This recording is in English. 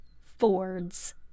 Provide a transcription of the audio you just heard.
Ford's